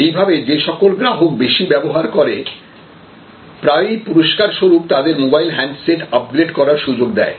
এই ভাবে যে সকল গ্রাহক বেশি ব্যবহার করে প্রায়ই পুরস্কার স্বরূপ তাদের মোবাইল হ্যান্ডসেট আপগ্রেড করার সুযোগ দেয়